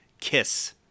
KISS